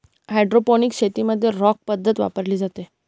hydroponics शेतीमध्ये rock पद्धत वापरली जाते